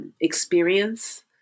Experience